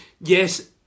yes